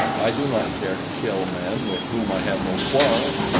i do not care to kill men with whom i have no quarrel.